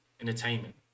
entertainment